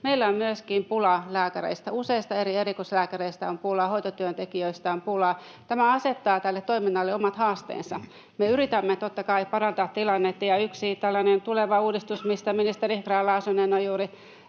meillä on myöskin pulaa lääkäreistä, useista eri erikoislääkäreistä on pulaa ja hoitotyöntekijöistä on pulaa. Tämä asettaa tälle toiminnalle omat haasteensa. Me yritämme totta kai parantaa tilannetta, ja yksi tällainen tuleva uudistus, mistä ministeri Grahn-Laasonen on juuri